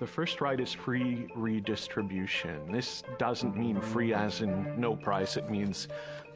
the first right is free redistribution this doesn't mean free as in no price it means